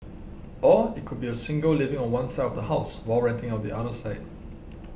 or it could be a single living on one side of the house while renting out the other side